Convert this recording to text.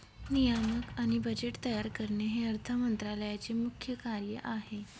नियामक आणि बजेट तयार करणे हे अर्थ मंत्रालयाचे मुख्य कार्य आहे